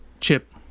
chip